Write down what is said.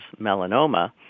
melanoma